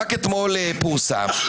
רק אתמול פורסם,